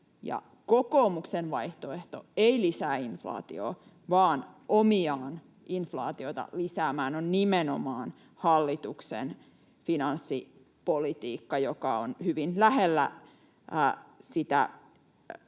Kokoomuksen vaihtoehto ei lisää inflaatiota, vaan omiaan inflaatiota lisäämään on nimenomaan hallituksen finanssipolitiikka, joka siis elvyttää velkarahalla.